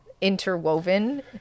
interwoven